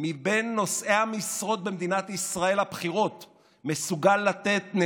מבין נושאי המשרות הבכירות במדינת ישראל